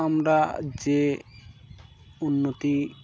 আমরা যে উন্নতি